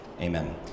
Amen